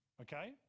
Okay